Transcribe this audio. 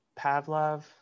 Pavlov